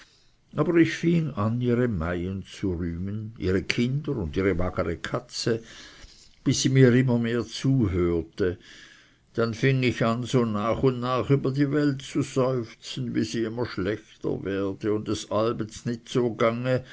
aber ich fing an ihre meyen zu rühmen ihre kinder und ihre magere katze bis sie mir immer mehr zuhörte dann fing ich an so nach und nach über die welt zu seufzen wie sie immer schlechter werde und es allbets nit so